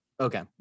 okay